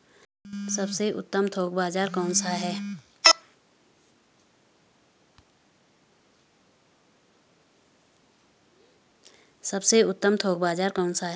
सबसे उत्तम थोक बाज़ार कौन सा है?